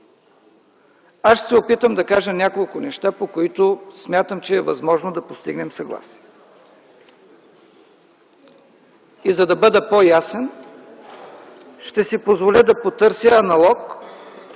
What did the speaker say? Ще се опитам да кажа няколко неща, по които смятам, че е възможно да постигнем съгласие. За да бъда по-ясен, ще си позволя да потърся аналог,